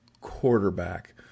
quarterback